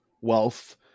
wealth